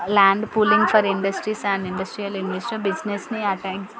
land pooling for industries and industrial industry బిజినెస్ని ఆ time